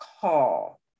call